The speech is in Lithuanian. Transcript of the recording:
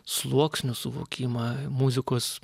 sluoksnių suvokimą muzikos